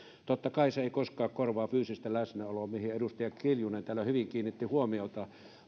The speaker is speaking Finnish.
tietenkään se ei koskaan korvaa fyysistä läsnäoloa mihin edustaja kiljunen täällä hyvin kiinnitti huomiota